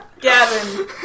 Gavin